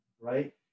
right